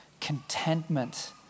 Contentment